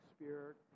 Spirit